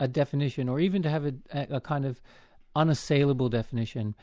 a definition, or even to have a a kind of unassailable definition.